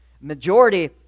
majority